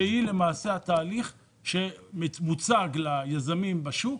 שזה התהליך שמוצג ליזמים בשוק.